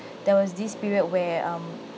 there was this period where um